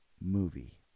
movie